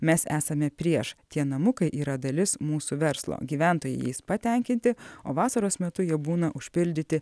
mes esame prieš tie namukai yra dalis mūsų verslo gyventojai jais patenkinti o vasaros metu jie būna užpildyti